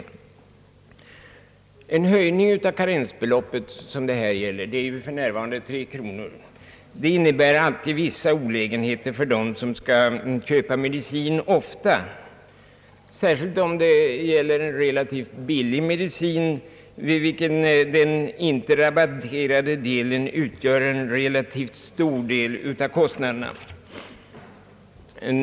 Den höjning av karensbeloppet som det här gäller — för närvarande är ju beloppet 3 kronor — innebär alltid vissa olägenheter för dem som skall köpa medicin ofta, särskilt om det gäller en relativt billig medicin, då karensbeloppet utgör en förhållandevis stor del av kostnaderna.